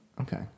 Okay